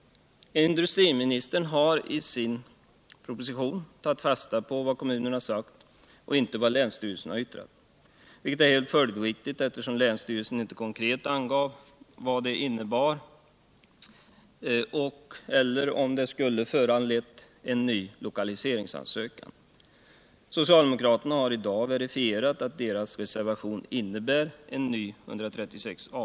Industriministern har i sin proposition tagit fasta på vad kommunerna ansett och inte vad länsstyrelsen yttrat. vilket är helt följdriktigt, eftersom länsstyrelsen inte konkret angivit vad yttrandet innebar celler om projektet skulle ha föranlett en ny lokaliseringsansökan. Socialdemokraterna har i dag verifierat att deras reservation innebär en prövning enligt 136 a §.